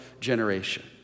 generation